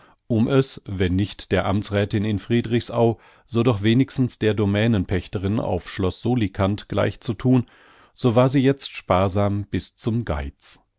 um es wenn nicht der amtsräthin in friedrichsau so doch wenigstens der domänenpächterin auf schloß solikant gleich zu thun so war sie jetzt sparsam bis zum geiz